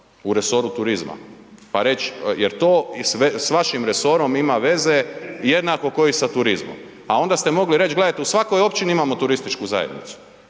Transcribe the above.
u resoru turizma pa reć jer to s vašim resorom ima veze jednako ko i sa turizmom a onda ste mogli reć gledajte, u svakoj općini imamo turističku zajednicu